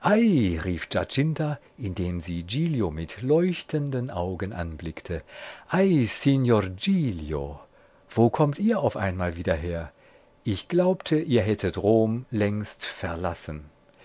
indem sie giglio mit leuchtenden augen anblickte ei signor giglio wo kommt ihr auf einmal wieder her ich glaubte ihr hättet rom längst verlassen